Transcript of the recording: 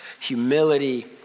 Humility